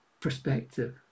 perspective